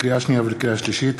לקריאה שנייה ולקריאה שלישית: